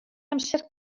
amser